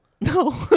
No